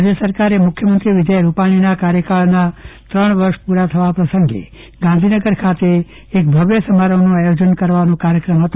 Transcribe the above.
રાજ્ય સરકારે મુખ્યમંત્રી વિજય રૂપાણીના કાર્યકાળના ત્રણ વર્ષ પૂરા થવા પ્રસંગે ગાંધીનગર ખાતે એક ભવ્ય સમારંભનું આયોજન કરવાનો કાર્યક્રમ હતો